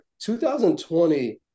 2020